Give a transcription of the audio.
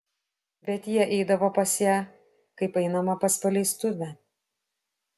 bet jie eidavo pas ją kaip einama pas paleistuvę